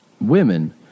women